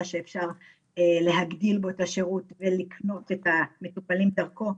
שאפשר להגדיל בו את השירות ולקנות את המטופלים דרכו,